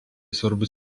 svarbus